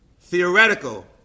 Theoretical